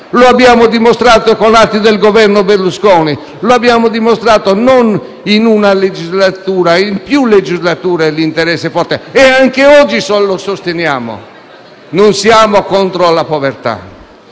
Lo abbiamo dimostrato con atti del Governo Berlusconi; abbiamo dimostrato, non in una ma in più legislature, questo interesse forte e anche oggi lo sosteniamo. Non siamo contro la lotta